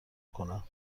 کنم